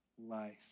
life